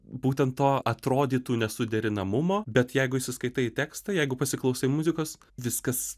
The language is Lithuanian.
būtent to atrodytų nesuderinamumo bet jeigu įsiskaitai į tekstą jeigu pasiklausai muzikos viskas